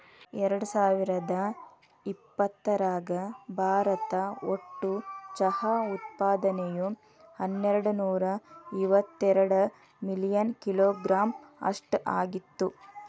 ಎರ್ಡಸಾವಿರದ ಇಪ್ಪತರಾಗ ಭಾರತ ಒಟ್ಟು ಚಹಾ ಉತ್ಪಾದನೆಯು ಹನ್ನೆರಡನೂರ ಇವತ್ತೆರಡ ಮಿಲಿಯನ್ ಕಿಲೋಗ್ರಾಂ ಅಷ್ಟ ಆಗಿತ್ತು